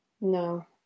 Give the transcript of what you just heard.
No